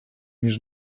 між